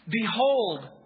Behold